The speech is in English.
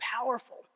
powerful